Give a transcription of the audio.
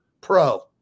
pro